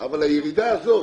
אבל הירידה הזאת